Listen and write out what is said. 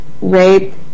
rape